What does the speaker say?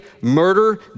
murder